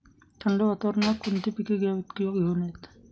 थंड वातावरणात कोणती पिके घ्यावीत? किंवा घेऊ नयेत?